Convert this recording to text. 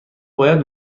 باید